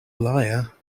liar